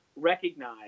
recognize